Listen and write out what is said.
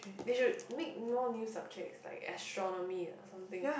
they should make more new subjects like astronomy or something